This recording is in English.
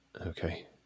Okay